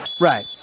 Right